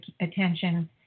attention